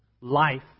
life